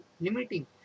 limiting